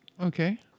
Okay